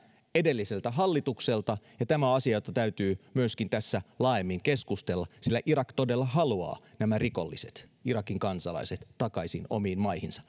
edelliseltä hallitukselta tämä on asia josta täytyy myöskin laajemmin keskustella sillä irak todella haluaa nämä rikolliset irakin kansalaiset takaisin omaan maahansa